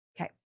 Okay